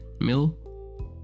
mil